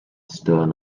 stern